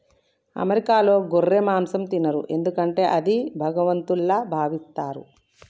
అమెరికాలో గొర్రె మాంసం తినరు ఎందుకంటే అది భగవంతుల్లా భావిస్తారు